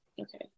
Okay